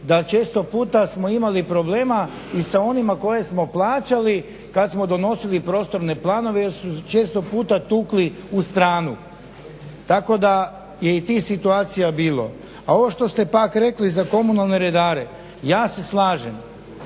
da često puta smo imali problema i sa onima koje smo plaćali kada smo donosili prostorne planove jer su često puta tukli u stranu. Tako da je i tih situacija bilo. A ovo što ste pak rekli za komunalne redare, ja se slažem